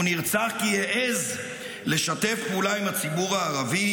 הוא נרצח כי העז לשתף פעולה עם הציבור הערבי